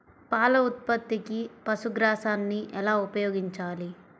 పాల ఉత్పత్తికి పశుగ్రాసాన్ని ఎలా ఉపయోగించాలి?